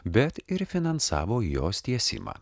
bet ir finansavo jos tiesimą